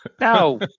No